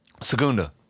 Segunda